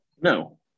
No